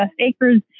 acres